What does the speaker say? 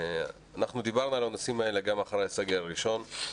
אנחנו דיברנו על הנושאים האלה גם אחרי הסגר הראשון,